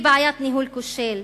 היא ניהול כושל.